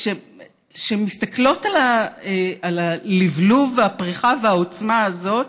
שמסתכלות על הלבלוב והפריחה והעוצמה הזאת